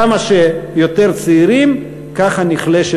כמה שיותר צעירים ככה נחלש